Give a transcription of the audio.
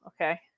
Okay